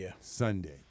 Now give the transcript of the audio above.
Sunday